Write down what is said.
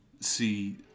see